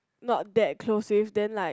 not that close with then like